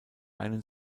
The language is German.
einen